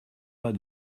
pas